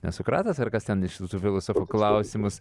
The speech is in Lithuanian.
ne sokratas ar kas ten iš visų filosofų klausimus